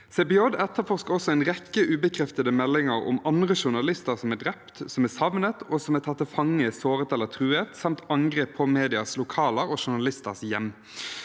CPJ etterforsker også en rekke ubekreftede meldinger om andre journalister som er drept, som er savnet, og som er tatt til fange, såret eller truet, samt angrep på mediers lokaler og journalisters hjem.